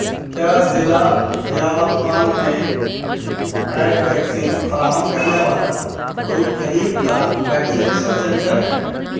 کیا ضلع یاوتمال میں پیڈ ویکسین فراہم کرنے والا کوئی قریب کا ویکسینیشن سنٹر ہے